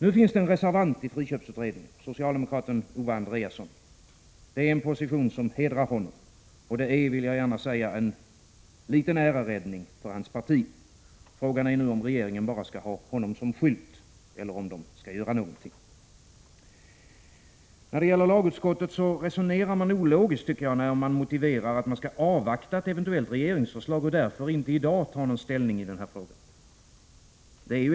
Nu finns det en reservant i friköpsutredningen — socialdemokraten Owe Andréasson. Det är en position som hedrar honom, och det är, vill jag gärna säga, en liten äreräddning för hans parti. Frågan är nu om regeringen bara skall ha honom som en skylt eller om den skall göra någonting. Lagutskottet resonerar ologiskt, tycker jag, när det motiverar att man skall avvakta ett eventuellt regeringsförslag och därför inte i dag ta ställning i den här frågan.